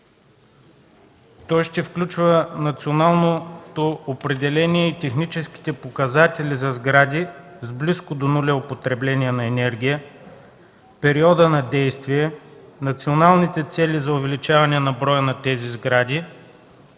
Той ще включва националното определение и техническите показатели за сгради с близко до нулево потребление на енергия, периода на действие, националните цели за увеличаване броя на тези сгради